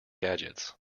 gadgets